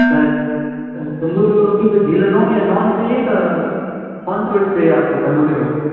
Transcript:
sir tandoori रोटी पर घी लगाऊँ या नॉन चाहिए कौन सी रोटी चाहिए आप को तंदूरी में